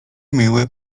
miły